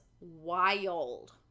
wild